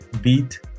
beat